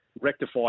rectify